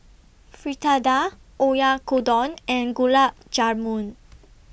Fritada Oyakodon and Gulab Jamun